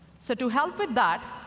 so to help with that,